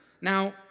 now